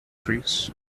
trees